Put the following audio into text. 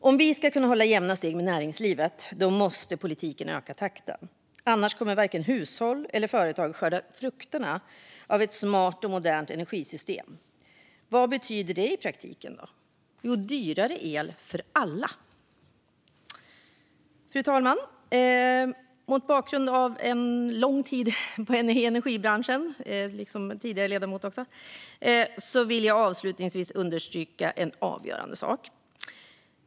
Om politiken ska kunna hålla jämna steg med näringslivet måste vi öka takten. Annars kommer varken hushåll eller företag att kunna skörda frukterna av ett smart och modernt energisystem. Vad betyder det i praktiken? Jo, dyrare el för alla. Fru talman! Mot bakgrund av att ha arbetat lång tid i energibranschen, liksom en tidigare ledamot också har gjort, vill jag avslutningsvis understryka en avgörande sak.